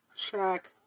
track